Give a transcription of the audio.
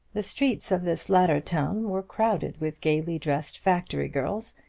the streets of this latter town were crowded with gaily-dressed factory-girls,